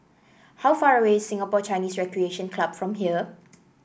how far away is Singapore Chinese Recreation Club from here